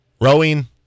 Rowing